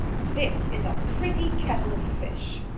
this is a pretty kettle of fish,